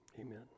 amen